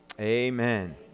Amen